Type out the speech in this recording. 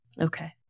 Okay